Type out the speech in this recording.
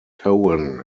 cohen